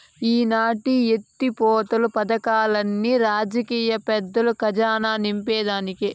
ఈ నీటి ఎత్తిపోతలు పదకాల్లన్ని రాజకీయ పెద్దల కజానా నింపేదానికే